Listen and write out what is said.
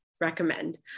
recommend